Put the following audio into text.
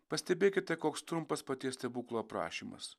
pastebėkite koks trumpas paties stebuklo aprašymas